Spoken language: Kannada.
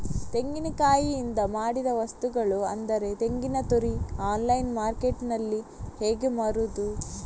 ತೆಂಗಿನಕಾಯಿಯಿಂದ ಮಾಡಿದ ವಸ್ತುಗಳು ಅಂದರೆ ತೆಂಗಿನತುರಿ ಆನ್ಲೈನ್ ಮಾರ್ಕೆಟ್ಟಿನಲ್ಲಿ ಹೇಗೆ ಮಾರುದು?